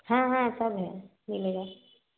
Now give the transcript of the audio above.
हाँ हाँ सब है मिलेगा